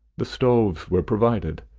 the stoves were provided,